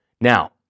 Now